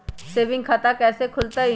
Saving खाता कैसे खुलतई?